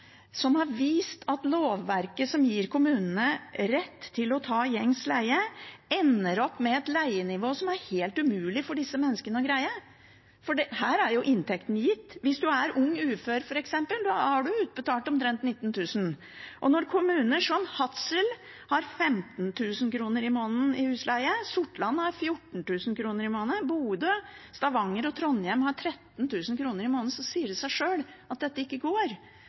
som har vist at med lovverket som gir kommunene rett til å ta gjengs leie, ender man opp med et leienivå som er helt umulig å greie for disse menneskene, for her er jo inntekten gitt. Hvis man f.eks. er ung ufør, har man utbetalt omtrent 19 000 kr. Og når kommuner som Hadsel tar 15 000 kr i måneden i husleie, Sortland tar 14 000 kr i måneden, og Bodø, Stavanger og Trondheim tar 13 000 kr i måneden, sier det seg selv at dette ikke går.